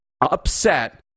upset